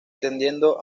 extendiendo